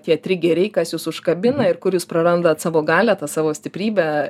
tie trigeriai kas jus užkabina ir kur jūs prarandat savo galią tą savo stiprybę